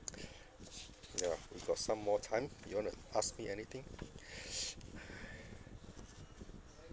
ya we got some more time you want to ask me anything